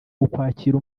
ukwakira